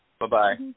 Bye-bye